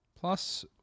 Plus